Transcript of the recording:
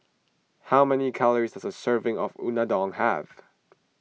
how many calories does a serving of Unadon have